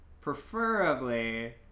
preferably